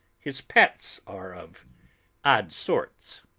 his pets are of odd sorts.